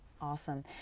Awesome